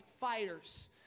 fighters